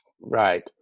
Right